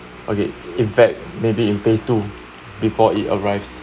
okay in fact maybe in phase two before it arrives